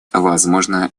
возможно